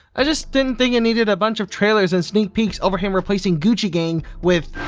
i just didn't think i needed a bunch of trailers and sneak peeks over him replacing gucci gang with